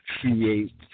create